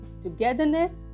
togetherness